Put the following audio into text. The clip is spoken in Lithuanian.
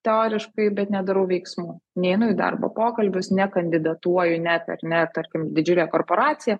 teoriškai bet nedarau veiksmų neinu į darbo pokalbius nekandidatuoju net ar ne tarkim didžiulė korporacija